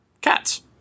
cats